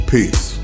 Peace